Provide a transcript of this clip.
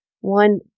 one